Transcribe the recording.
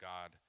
God